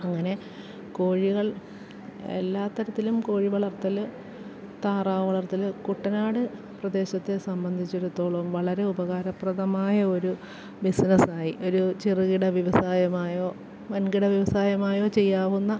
അങ്ങനെ കോഴികൾ എല്ലാ തരത്തിലും കോഴി വളർത്തല് താറാവ് വളർത്തല് കുട്ടനാട് പ്രദേശത്തെ സംബന്ധിച്ചിടത്തോളം വളരെ ഉപകാരപ്രദമായ ഒരു ബിസിനസായി ഒരു ചെറുകിട വ്യവസായമായോ വൻകിട വ്യവസായമായോ ചെയ്യാവുന്ന